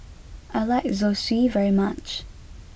I like Zosui very much